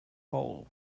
hole